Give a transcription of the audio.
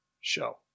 show